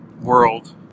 world